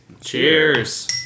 Cheers